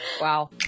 Wow